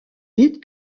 vite